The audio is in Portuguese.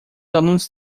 alunos